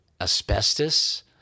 asbestos